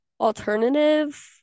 alternative